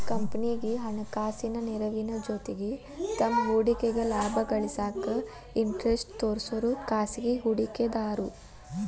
ಕಂಪನಿಗಿ ಹಣಕಾಸಿನ ನೆರವಿನ ಜೊತಿಗಿ ತಮ್ಮ್ ಹೂಡಿಕೆಗ ಲಾಭ ಗಳಿಸಾಕ ಇಂಟರೆಸ್ಟ್ ತೋರ್ಸೋರೆ ಖಾಸಗಿ ಹೂಡಿಕೆದಾರು